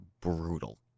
brutal